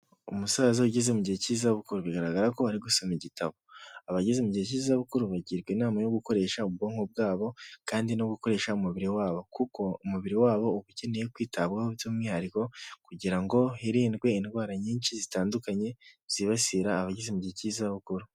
Umusaza ugeze mu gihe cy'izabukuru bigaragara ko ari gusoma igitabo, abageze mu gihe cy'izabukuru bagirwa inama yo gukoresha ubwonko bwabo kandi no gukoresha umubiri wabo kuko umubiri wabo uba ukeneye kwitabwaho by'umwihariko kugira ngo hirindwe indwara nyinshi zitandukanye zibasira abageze mu gihe cy'izabukuru.